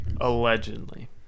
Allegedly